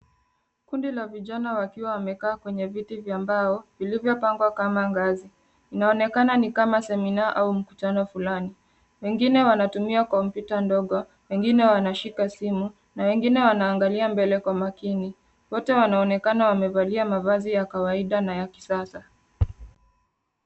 Kundi la vijana wakiwa wamekaa kwenye viti vya mbao vilivyopangwa kama ngazi. Inaonekana ni kama seminar au mkutano fulani. Wengine wanatumia kompyuta ndogo, wengine wanashika simu na wengine wanaangalia mbele kwa makini. Wote wanaonekana wamevalia mavazi ya kawaida na ya kisasa.